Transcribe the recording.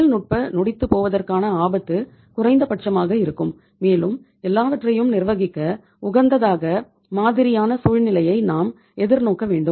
தொழில்நுட்ப நொடித்துப் போவதற்கான ஆபத்து குறைந்தபட்சமாக இருக்கும் மேலும் எல்லாவற்றையும் நிர்வகிக்க உகந்ததாக மாதிரியான சூழ்நிலையை நாம் எதிர்நோக்க வேண்டும்